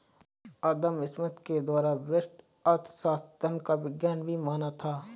अदम Smith के द्वारा व्यष्टि अर्थशास्त्र धन का विज्ञान भी माना था